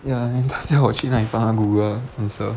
ya and 她叫我去那里帮她 google answer